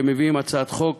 שמביאים הצעת חוק